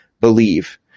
believe